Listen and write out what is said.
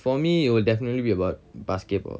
for me it will definitely be about basketball